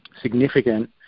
significant